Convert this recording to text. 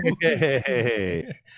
Hey